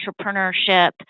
entrepreneurship